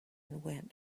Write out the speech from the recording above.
went